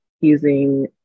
using